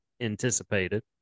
anticipated